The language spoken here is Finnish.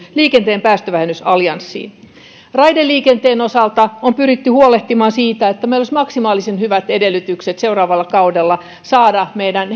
liikenteen päästövähennysallianssiin raideliikenteen osalta on pyritty huolehtimaan siitä että meillä olisi maksimaalisen hyvät edellytykset seuraavalla kaudella saada meidän